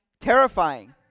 Terrifying